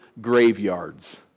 graveyards